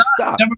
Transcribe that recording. stop